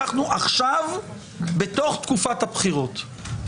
אנחנו עכשיו בתוך תקופת הבחירות.